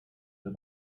der